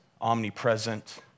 omnipresent